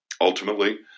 Ultimately